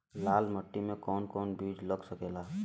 लाल मिट्टी में कौन कौन बीज लग सकेला?